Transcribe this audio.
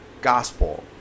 gospel